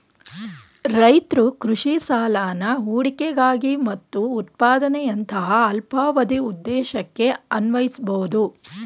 ರೈತ್ರು ಕೃಷಿ ಸಾಲನ ಹೂಡಿಕೆಗಾಗಿ ಮತ್ತು ಉತ್ಪಾದನೆಯಂತಹ ಅಲ್ಪಾವಧಿ ಉದ್ದೇಶಕ್ಕೆ ಅನ್ವಯಿಸ್ಬೋದು